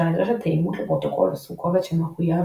נדרשת תאימות לפרוטוקול או סוג קובץ שמחויב